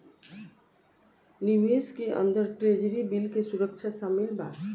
निवेश के अंदर ट्रेजरी बिल के सुरक्षा शामिल बा